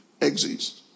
Exist